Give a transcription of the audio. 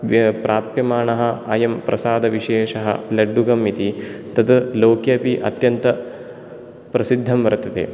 प्राप्यमानः अयं प्रसादविशेषः लड्डुकम् इति तद् लोके अपि अत्यन्तप्रसिद्धं वर्तते